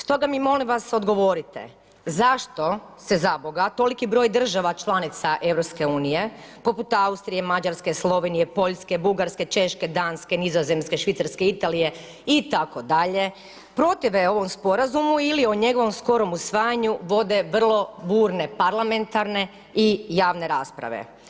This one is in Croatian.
Stoga mi molim vas odgovorite, zašto se zaboga toliki broj država članica Europske unije poput Austrije, Mađarske, Slovenije, Poljske, Bugarske, Češke, Danske, Nizozemske, Švicarske, Italije itd. protive ovom sporazumu ili o njegovom skorom usvajanju vode vrlo burne parlamentarne i javne rasprave.